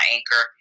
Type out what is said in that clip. Anchor